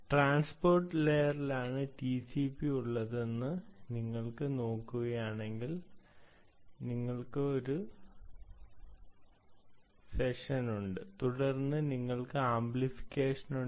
transport ലെയറിലാണ് TCP ഉള്ളതെന്ന് നിങ്ങൾ നോക്കുകയാണെങ്കിൽ നിങ്ങൾക്ക് ഒരു സെഷനുണ്ട് തുടർന്ന് നിങ്ങൾക്ക് ആപ്ലിക്കേഷനുമുണ്ട്